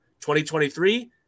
2023